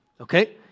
okay